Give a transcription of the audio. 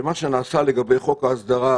שמה שנעשה לגבי חוק ההסדרה,